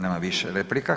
Nema više replika.